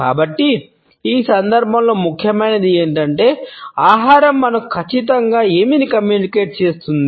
కాబట్టి ఈ సందర్భంలో ముఖ్యమైనది ఏమిటంటే ఆహారం మనకు ఖచ్చితంగా ఏమి కమ్యూనికేట్ చేస్తుంది